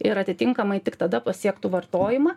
ir atitinkamai tik tada pasiektų vartojimą